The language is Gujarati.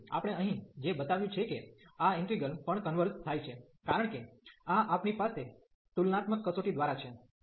તેથી આપણે અહીં જે બતાવ્યું છે કે આ ઈન્ટિગ્રલ પણ કન્વર્ઝ થાય છે કારણ કે આ આપણી પાસે તુલનાત્મક કસોટી દ્વારા છે